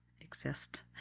exist